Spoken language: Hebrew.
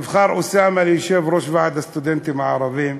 נבחר אוסאמה ליושב-ראש ועד הסטודנטים הערבים.